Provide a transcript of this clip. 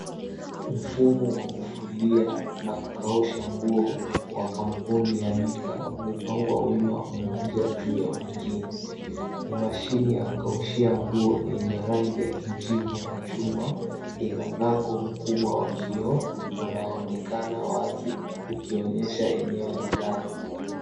Mfumo wa kufulia na kukausha nguo wa kampuni ya Mika umepangwa wima moja juu ya mwingine. Ni mashini ya kukaushia nguo yenye rangi ya kijivu na chuma. Ina mlango mkubwa wa kioo, unaoonekana wazi ukionyesha eneo la ndani.